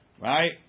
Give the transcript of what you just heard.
Right